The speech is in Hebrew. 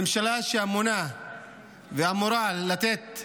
ממשלה שאמונה ואמורה לתת